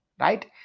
right